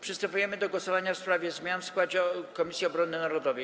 Przystępujemy do głosowania w sprawie zmian w składzie Komisji Obrony Narodowej.